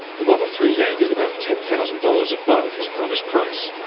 the model three landed about ten thousand dollars above his promised price.